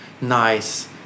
nice